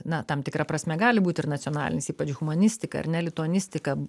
na tam tikra prasme gali būt ir nacionalinis ypač humanistika ar ne lituanistika